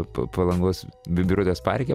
p palangos bi birutės parke